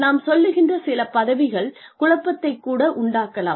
நாம் சொல்கின்ற சில பதவிகள் குழப்பத்தைக் கூட உண்டாக்கலாம்